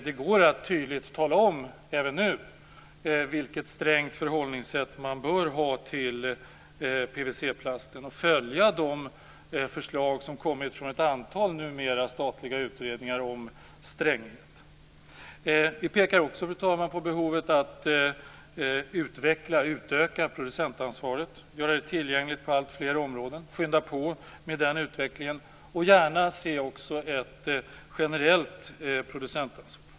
Det går att tydligt tala om vilket strängt förhållningssätt som bör hållas mot PVC-plast och att följa de förslag om stränghet som har kommit fram i en mängd statliga utredningar. Vi pekar också på behovet av att utöka producentansvaret på alltfler områden. Utvecklingen behöver skyndas på. Ett generellt producentansvar bör utvecklas.